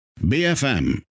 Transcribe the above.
BFM